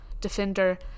defender